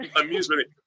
amusement